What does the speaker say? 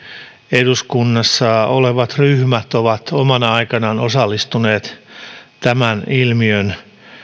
eduskunnassa olevat ryhmät ovat omana aikanaan osallistuneet tämän ilmiön